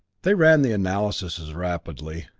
they ran the analyses rapidly,